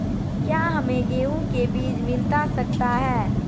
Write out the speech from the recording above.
क्या हमे गेंहू के बीज मिलता सकता है?